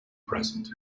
present